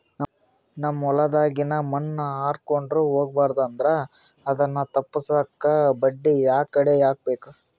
ನಮ್ ಹೊಲದಾಗಿನ ಮಣ್ ಹಾರ್ಕೊಂಡು ಹೋಗಬಾರದು ಅಂದ್ರ ಅದನ್ನ ತಪ್ಪುಸಕ್ಕ ಬಂಡಿ ಯಾಕಡಿ ಹಾಕಬೇಕು?